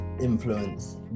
influence